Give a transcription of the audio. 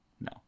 No